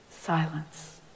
silence